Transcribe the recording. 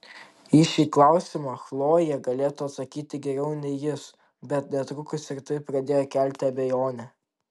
į šį klausimą chlojė galėtų atsakyti geriau nei jis bet netrukus ir tai pradėjo kelti abejonę